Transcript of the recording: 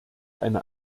eine